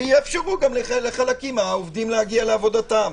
ותאפשרו לחלק מהעובדים להגיע לעבודתם.